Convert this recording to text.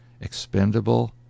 expendable